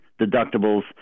deductibles